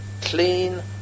clean